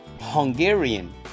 Hungarian